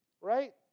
right